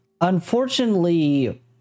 unfortunately